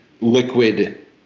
liquid